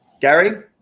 Gary